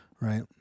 right